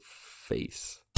face